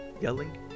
yelling